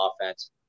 offense